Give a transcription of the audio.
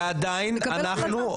ועדיין אנחנו,